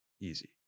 easy